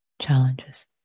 challenges